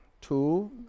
two